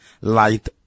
light